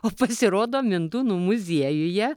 o pasirodo mindūnų muziejuje